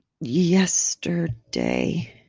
yesterday